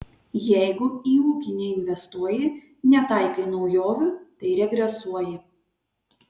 jeigu į ūkį neinvestuoji netaikai naujovių tai regresuoji